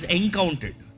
encountered